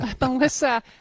Melissa